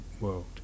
world